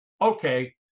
Okay